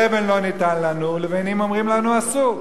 תבן לא ניתן לנו ולבנים אומרים לנו עשו.